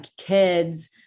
kids